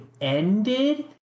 ended